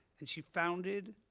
and she founded.